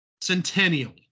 Centennial